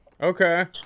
Okay